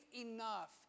enough